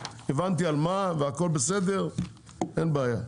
הבנתי על מה והכל בסדר, אין בעיה.